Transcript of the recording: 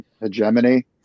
hegemony